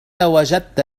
وجدت